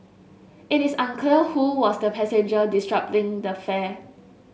it is unclear who was the passenger the fare